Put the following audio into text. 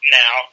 now